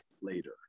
later